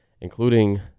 including